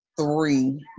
three